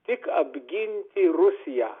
tik apginti rusiją